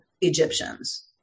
Egyptians